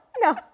no